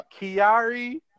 Kiari